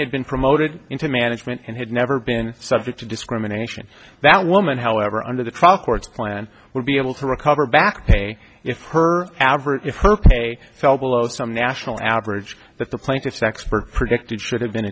had been promoted into management and had never been subject to discrimination that woman however under the trial court plan would be able to recover back pay if her average if her pay fell below some national average that the plaintiff's expert predicted should have been